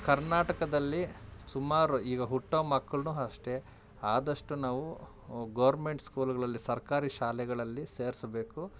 ಕರ್ನಾಟಕದಲ್ಲಿ ಸುಮಾರು ಈಗ ಹುಟ್ಟೊ ಮಕ್ಳನ್ನೂ ಅಷ್ಟೆ ಆದಷ್ಟು ನಾವು ಗೋರ್ಮೆಂಟ್ ಸ್ಕೂಲ್ಗಳಲ್ಲಿ ಸರ್ಕಾರಿ ಶಾಲೆಗಳಲ್ಲಿ ಸೇರಿಸ್ಬೇಕು